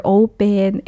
open